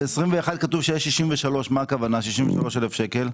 ב-2021 כתוב שיש 63. מה הכוונה 63 אלף שקלים?